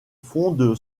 fonde